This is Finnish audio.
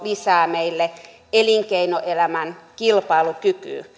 lisää elinkeinoelämän kilpailukykyä